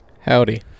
Howdy